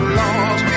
lost